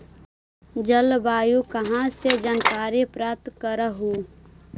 जलवायु कहा से जानकारी प्राप्त करहू?